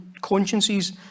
consciences